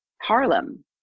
Harlem